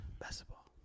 Basketball